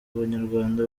banyarwanda